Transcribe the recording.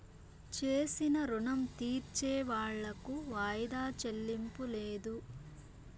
చేసిన రుణం తీర్సేవాళ్లకు వాయిదా చెల్లింపు లేదు